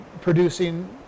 producing